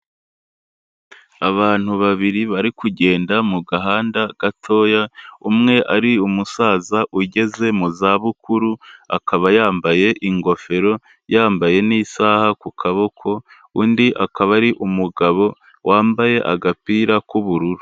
Abantu babiri bari kugenda mu gahanda gatoya, umwe ari umusaza ugeze mu zabukuru, akaba yambaye ingofero, yambaye n'isaha ku kaboko, undi akaba ari umugabo wambaye agapira k'ubururu.